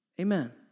Amen